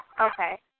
Okay